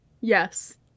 Yes